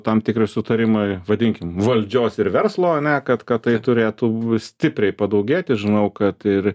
tam tikri sutarimai vadinkim valdžios ir verslo ane kad kad tai turėtų stipriai padaugėti žinau kad ir